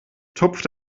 tupft